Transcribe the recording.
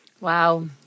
Wow